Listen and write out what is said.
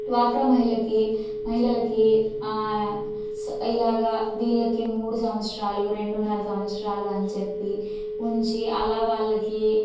డ్వాక్రా మహిళకి మహిళలకి స ఇలాగ వీళ్ళకి మూడు సంవత్సరాలు రెండున్నర సంవత్సరాలు అని చెప్పి ఉంచి అలా వాళ్ళకి